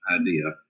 idea